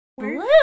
blue